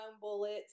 bullets